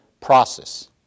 process